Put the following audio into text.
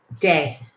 day